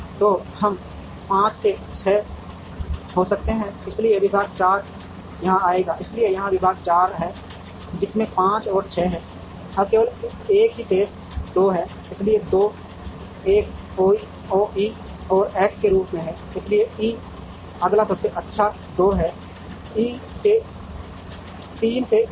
तो हम 5 में 6 हो सकते हैं इसलिए विभाग 4 यहां आएगा इसलिए यह विभाग 4 है जिसमें 5 और 6 हैं अब केवल एक ही शेष 2 है इसलिए 2 एक OE और X के रूप में है इसलिए E अगला सबसे अच्छा 2 है 3 से ई है